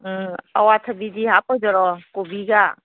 ꯑꯋꯥꯊꯕꯤꯗꯤ ꯍꯥꯞꯄꯣꯏꯗꯔꯣ ꯀꯣꯕꯤꯒ